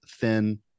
thin